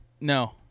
No